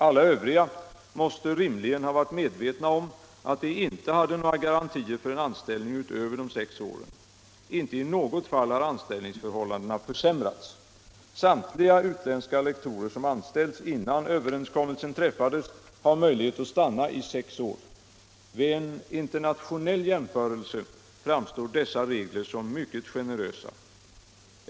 Alla övriga måste rimligen ha varit medvetna om att de inte hade några garantier för en anställning utöver de sex åren. Inte i något fall har anställningsförhållandena försämrats. Samtliga utländska lektorer som anställts innan överenskommelsen träffades har möjlighet att stanna i sex år. Vid en internationell jämförelse framstår dessa regler som mycket generösa.